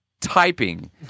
typing